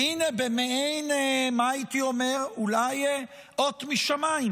והינה, במעין, מה הייתי אומר, אולי אות משמיים,